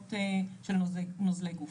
דגימות של נוזלי גוף.